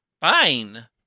Fine